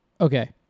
Okay